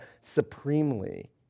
supremely